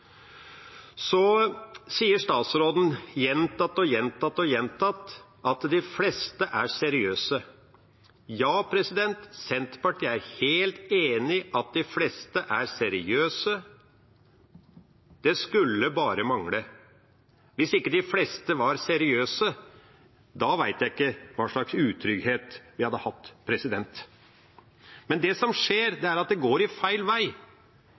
Så sier statsråden gjentatte ganger at de fleste er seriøse. Ja, Senterpartiet er helt enig i at de fleste er seriøse. Det skulle bare mangle! Hvis ikke de fleste var seriøse, da vet jeg ikke hva slags utrygghet vi hadde hatt. Men det som skjer, er at det går feil vei.